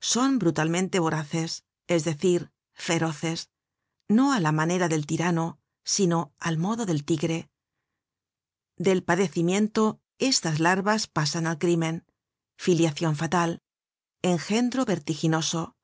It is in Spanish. son brutalmente voraces es decir feroces no á la manera del tirano sino al modo del tigre del padecimiento estas larvas pasan al crimen filiacion fatal engendro vertiginoso